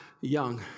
young